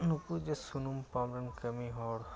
ᱱᱩᱠᱩ ᱡᱮ ᱥᱩᱱᱩᱢ ᱯᱟᱢᱯ ᱨᱮᱱ ᱠᱟᱹᱢᱤ ᱦᱚᱲ